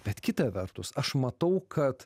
bet kita vertus aš matau kad